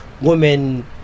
women